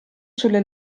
sulle